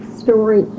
story